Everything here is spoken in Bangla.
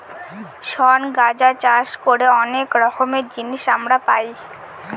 শন গাঁজা চাষ করে অনেক রকমের জিনিস আমরা পাই